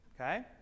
Okay